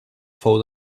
fou